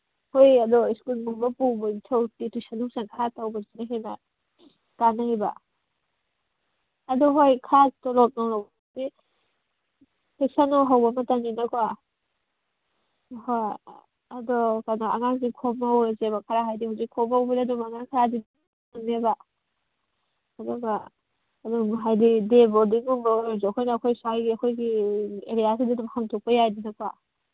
ꯍꯣꯏ ꯑꯗꯣ ꯁ꯭ꯀꯨꯜꯒꯨꯝꯕ ꯄꯨꯕꯒꯤ ꯊꯕꯛꯇꯤ ꯇꯨꯏꯁꯟ ꯅꯨꯡꯁꯟ ꯈꯔ ꯇꯧꯕꯁꯤꯅ ꯍꯦꯟꯅ ꯀꯥꯅꯩꯕ ꯑꯗꯨ ꯍꯣꯏ ꯈꯔ ꯇꯣꯂꯣꯞ ꯅꯨꯡꯂꯣꯞꯇꯤ ꯁꯦꯁꯟ ꯅꯨꯡ ꯍꯧꯕ ꯃꯇꯝꯅꯤꯅꯀꯣ ꯍꯣꯏ ꯑꯗꯨ ꯀꯩꯅꯣ ꯑꯉꯥꯡꯁꯤꯡ ꯈꯣꯝ ꯍꯧꯔꯁꯦꯕ ꯈꯔ ꯍꯥꯏꯗꯤ ꯍꯧꯖꯤꯛ ꯈꯣꯝꯍꯧꯕꯁꯤꯅ ꯑꯗꯨꯝ ꯑꯉꯥꯡ ꯈꯔꯗꯤ ꯐꯪꯅꯦꯕ ꯑꯗꯨꯒ ꯑꯗꯨꯝ ꯍꯥꯏꯗꯤ ꯗꯦ ꯕꯣꯔꯗꯤꯡꯒꯨꯝꯕ ꯑꯣꯏꯔꯁꯨ ꯑꯩꯈꯣꯏꯅ ꯑꯩꯈꯣꯏ ꯁ꯭ꯋꯥꯏꯒꯤ ꯑꯩꯈꯣꯏꯒꯤ ꯑꯦꯔꯤꯌꯥꯁꯤꯗ ꯑꯗꯨꯝ ꯍꯥꯡꯗꯣꯛꯄ ꯌꯥꯏꯗꯅꯀꯣ